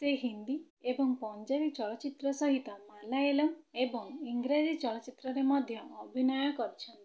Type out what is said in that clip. ସେ ହିନ୍ଦୀ ଏବଂ ପଞ୍ଜାବୀ ଚଳଚ୍ଚିତ୍ର ସହିତ ମାଲୟାଲମ୍ ଏବଂ ଇଂରାଜୀ ଚଳଚ୍ଚିତ୍ରରେ ମଧ୍ୟ ଅଭିନୟ କରିଛନ୍ତି